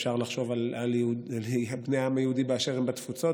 אפשר לחשוב על בני העם היהודי באשר הם בתפוצות,